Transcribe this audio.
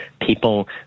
people